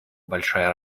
большая